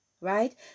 right